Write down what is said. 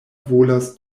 volas